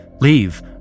Leave